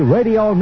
Radio